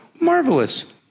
Marvelous